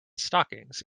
stockings